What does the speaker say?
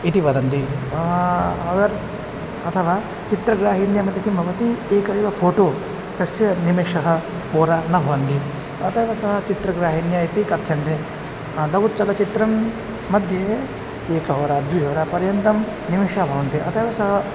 इति वदन्ति अगर् अथवा चित्रग्राहिणीमध्ये किं भवति एक एव फ़ोटो तस्य निमिषः होरा न भवन्ति अत एव सः चित्रग्राहिण्याम् इति कथ्यन्ते दौ चलचित्रम्मध्ये एक होरा द्विहोरा पर्यन्तं निमेषाः भवन्ति अतः एव सः